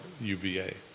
UVA